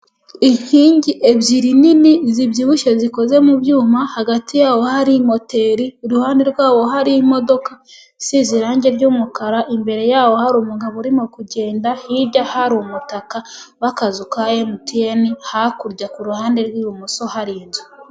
Inkingi ebyiri nini zibyibushye zikoze mu byuma, hagati yaho hari moteri iruhande rwabo hari imodoka size irangi ry'umukara, imbere yaho hari umugabo urimo kugenda, hirya hari umutaka w'akazu ka emutiyeni, hakurya kuruhande rw'ibumoso hari inzu.